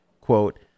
quote